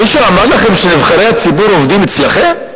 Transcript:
מישהו אמר לכם שנבחרי הציבור עובדים אצלכם?